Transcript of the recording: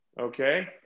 Okay